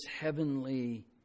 heavenly